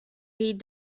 read